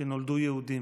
שנולדו יהודים.